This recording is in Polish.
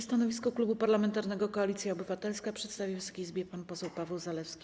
Stanowisko Klubu Parlamentarnego Koalicja Obywatelska przedstawi Wysokiej Izbie pan poseł Paweł Zalewski.